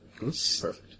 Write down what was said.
perfect